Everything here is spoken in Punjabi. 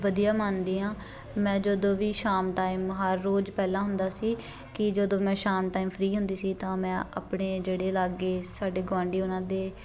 ਵਧੀਆ ਮੰਨਦੀ ਹਾਂ ਮੈਂ ਜਦੋਂ ਵੀ ਸ਼ਾਮ ਟਾਈਮ ਹਰ ਰੋਜ਼ ਪਹਿਲਾਂ ਹੁੰਦਾ ਸੀ ਕਿ ਜਦੋਂ ਮੈਂ ਸ਼ਾਮ ਟਾਈਮ ਫਰੀ ਹੁੰਦੀ ਸੀ ਤਾਂ ਮੈਂ ਆਪਣੇ ਜਿਹੜੇ ਲਾਗੇ ਸਾਡੇ ਗੁਆਂਡੀ ਉਹਨਾਂ ਦੇ